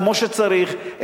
כמו שצריך,